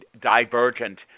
divergent